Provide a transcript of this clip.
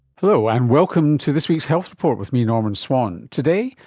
hello and welcome to this week's health report with me, norman swan. today,